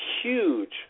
huge